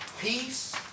peace